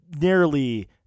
nearly